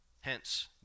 Hence